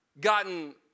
gotten